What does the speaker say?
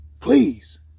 Please